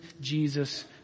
Jesus